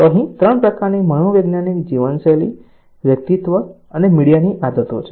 તો અહીં 3 પ્રકારની મનોવૈજ્ઞાનિક જીવનશૈલી વ્યક્તિત્વ અને મીડિયાની આદતો છે